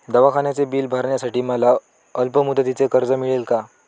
दवाखान्याचे बिल भरण्यासाठी मला अल्पमुदतीचे कर्ज मिळेल का?